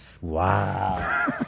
Wow